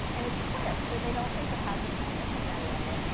and it's clear, so they don't think it has a transition metal in it.